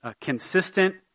consistent